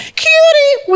cutie